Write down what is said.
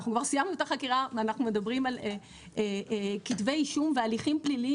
אנחנו כבר סיימנו את החקירה ואנחנו מדברים על כתבי אישום והליכים פליליים